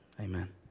amen